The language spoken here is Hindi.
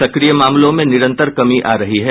सक्रिय मामलों में निरंतर कमी आ रही है